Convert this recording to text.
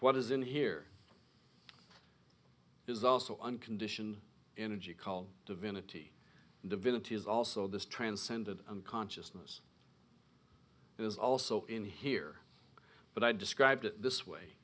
what is in here is also a condition energy called divinity divinity is also this transcendent consciousness is also in here but i described it this way